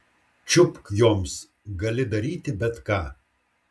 čiupk joms gali daryti bet ką